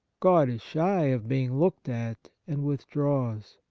god is shy of being looked at, and withdraws.